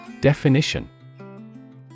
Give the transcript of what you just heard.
Definition